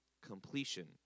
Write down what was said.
completion